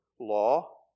law